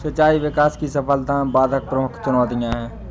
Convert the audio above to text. सिंचाई विकास की सफलता में बाधक प्रमुख चुनौतियाँ है